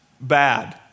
bad